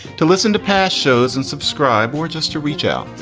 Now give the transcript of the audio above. to listen to past shows and subscribe or just to reach out,